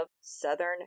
southern